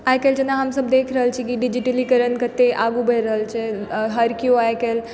आइकाल्हि जेना हमसब देख रहल छी कि डिजिटलीकरण कते आगू बढि रहल छै हर केओ आइकाल्हि